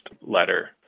letter